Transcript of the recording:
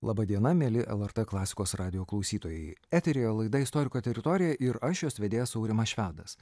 laba diena mieli lrt klasikos radijo klausytojai eteryje laida istoriko teritorija ir aš jos vedėjas aurimas švedas